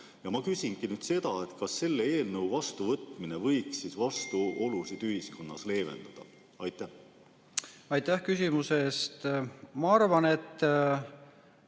Ma küsingi nüüd seda, kas selle eelnõu vastuvõtmine võiks vastuolusid ühiskonnas leevendada. Aitäh küsimuse eest! Ma arvan, et